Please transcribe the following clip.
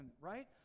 right